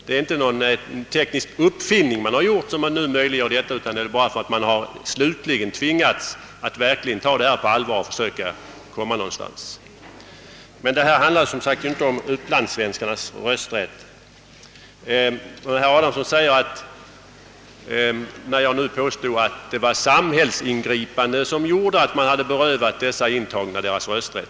Det är inte någon teknisk uppfinning som har möjliggjort detta, utan att frågan tagits upp nu beror på att man nu äntligen tvingats att ta den på allvar och försöka nå en lösning. — Men detta handlar som sagt inte om utlandssvenskarnas rösträtt. Herr Adamsson reagerar mot mitt yttrande att de som intagits på fångvårdsanstalt berövats sin rösträtt genom samhällsingripanden.